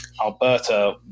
Alberta